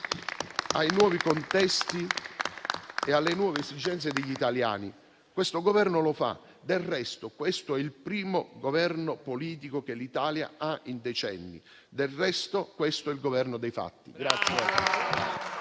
ai nuovi contesti e alle nuove esigenze degli italiani. Questo Governo lo fa. Del resto, questo è il primo Governo politico che l'Italia ha in decenni. Del resto, questo è il Governo dei fatti.